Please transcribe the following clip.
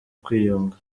kwiyunga